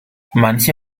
manche